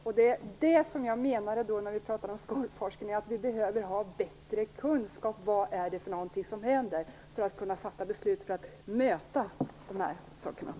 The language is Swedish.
Vi behöver ha bättre kunskap om vad det är som händer för att kunna fatta beslut som kan möta dessa saker. Det var detta jag menade när vi pratade om skolforskningen.